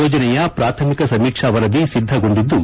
ಯೋಜನೆಯ ಪ್ರಾಥಮಿಕ ಸಮೀಕ್ಷಾ ವರದಿ ಸಿದ್ದಗೊಂಡಿದ್ದು